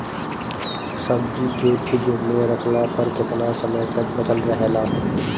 सब्जी के फिज में रखला पर केतना समय तक बचल रहेला?